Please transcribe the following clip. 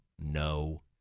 no